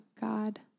God